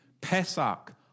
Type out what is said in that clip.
Pesach